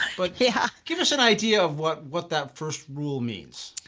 but yeah give us an idea of what what that first rule means.